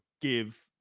give